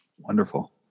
Wonderful